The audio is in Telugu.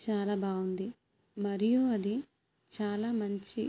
చాలా బాగుంది మరియు అది చాలా మంచి